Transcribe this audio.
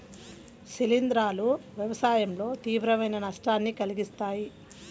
శిలీంధ్రాలు వ్యవసాయంలో తీవ్రమైన నష్టాన్ని కలిగిస్తాయి